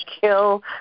kill